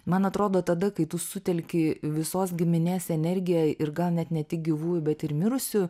man atrodo tada kai tu sutelki visos giminės energiją ir gal net ne tik gyvųjų bet ir mirusių